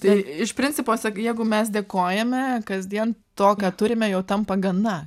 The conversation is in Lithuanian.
tai iš principo jeigu mes dėkojame kasdien to ką turime jau tampa gana